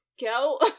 go